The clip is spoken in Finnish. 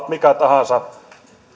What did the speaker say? mikä tahansa